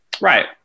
Right